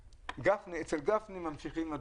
את הנושא של שני מיליון שקל להכשרות.